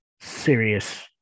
serious